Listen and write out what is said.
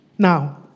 Now